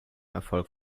erfolg